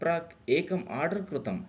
प्राक् एकम् आर्डर् कृतम्